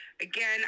Again